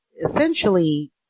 essentially